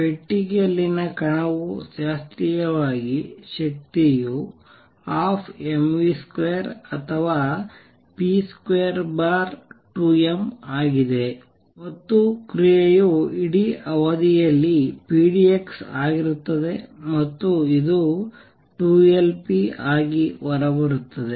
ಪೆಟ್ಟಿಗೆಯಲ್ಲಿನ ಕಣವು ಶಾಸ್ತ್ರೀಯವಾಗಿ ಶಕ್ತಿಯು 12mv2 ಅಥವಾ p22m ಆಗಿದೆ ಮತ್ತು ಕ್ರಿಯೆಯು ಇಡೀ ಅವಧಿಯಲ್ಲಿ p d x ಆಗಿರುತ್ತದೆ ಮತ್ತು ಇದು 2 Lp ಆಗಿ ಹೊರಬರುತ್ತದೆ